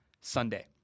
Sunday